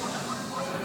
נתקבלה.